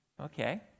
Okay